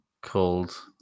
called